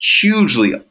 hugely